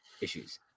issues